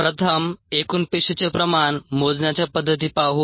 प्रथम एकूण पेशीचे प्रमाण मोजण्याच्या पद्धती पाहू